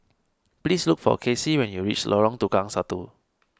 please look for Kacie when you reach Lorong Tukang Satu